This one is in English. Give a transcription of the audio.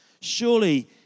Surely